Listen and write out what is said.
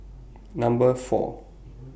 Number four